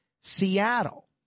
Seattle